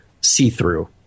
see-through